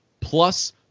plus